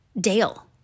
Dale